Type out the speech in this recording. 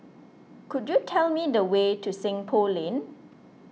could you tell me the way to Seng Poh Lane